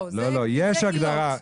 לא, יש הגדרה.